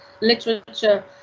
literature